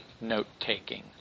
note-taking